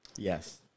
Yes